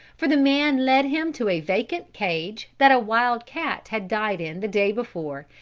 for the man led him to a vacant cage that a wild cat had died in the day before,